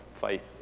Faith